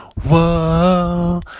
whoa